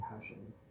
passion